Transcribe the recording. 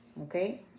okay